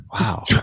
wow